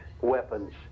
weapons